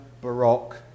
Baroque